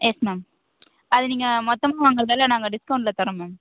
S ma'am அதை நீங்கள் மொத்தமாக வாங்குறதால் நாங்கள் டிஸ்கவுண்டில் தரோம் மேம்